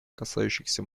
касающихся